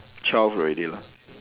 twelve already lah